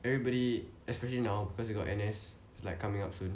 everybody especially now because we got N_S like coming up soon